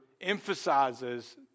emphasizes